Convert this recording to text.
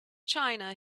china